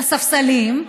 לספסלים,